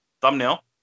thumbnail